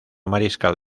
mariscal